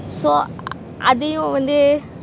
so அதே வந்து:athe vanthu